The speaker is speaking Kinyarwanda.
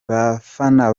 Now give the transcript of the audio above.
bafana